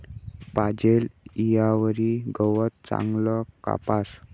पाजेल ईयावरी गवत चांगलं कापास